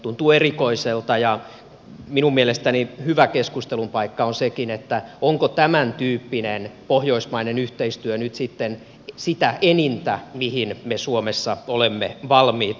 tuntuu erikoiselta ja minun mielestäni hyvä keskustelun paikka on sekin onko tämän tyyppinen pohjoismainen yhteistyö nyt sitten sitä enintä mihin me suomessa olemme valmiita